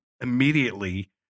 immediately